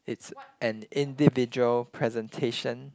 it's an individual presentation